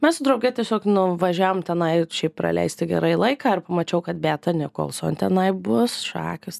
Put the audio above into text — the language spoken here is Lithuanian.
mes su drauge tiesiog nuvažiavom tenai šiaip praleisti gerai laiką ir pamačiau kad beata nikolson tenai bus šakės